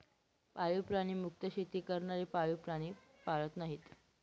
पाळीव प्राणी मुक्त शेती करणारे पाळीव प्राणी पाळत नाहीत